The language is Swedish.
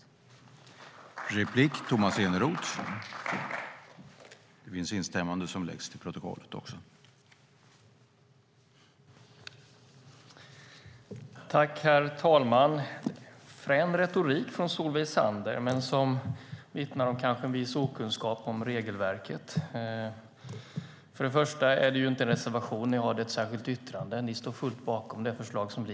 I detta anförande instämde Gunilla Nordgren .